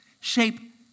shape